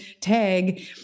tag